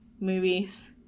movies